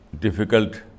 difficult